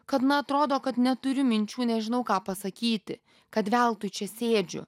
kad na atrodo kad neturiu minčių nežinau ką pasakyti kad veltui čia sėdžiu